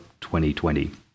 2020